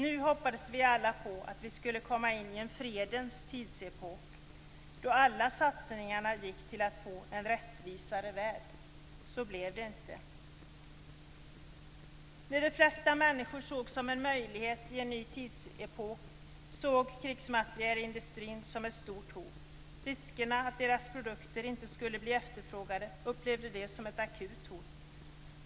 Vi hoppades alla att vi skulle komma in i en fredens tidsepok, då alla satsningar skulle gälla att skapa en rättvisare värld. Så blev det inte. Det de flesta människor såg som en möjlighet i en ny tidsepok såg krigsmaterielindustrin som ett stort hot. De upplevde risken att deras produkter inte skulle efterfrågas som ett akut hot.